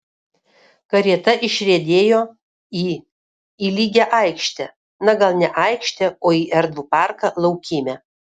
karieta išriedėjo į į lygią aikštę na gal ne aikštę o į erdvų parką laukymę